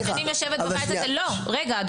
סליחה.